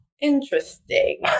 interesting